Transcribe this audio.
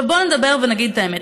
בואו נדבר ונגיד את האמת.